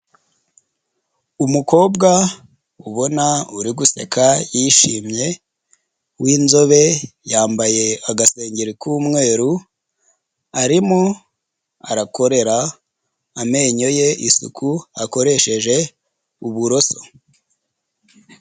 Umukobwa ubona uri guseka yishimye w'inzobe yambaye agasengero k'umweru, arimo arakorera amenyo ye isuku akoresheje uburoso.